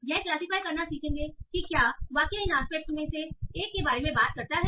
यह क्लासिफाइ करना सीखेगा कि क्या वाक्य इन आस्पेक्ट में से एक के बारे में बात करता है